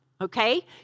okay